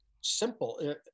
simple